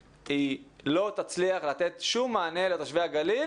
לא תצליח לתת שוב מענה לתושבי הגליל,